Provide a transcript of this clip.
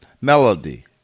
Melody